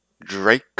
drake